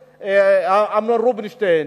החינוך, אמנון רובינשטיין,